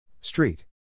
Street